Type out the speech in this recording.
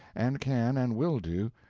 and can and will do,